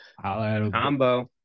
combo